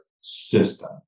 system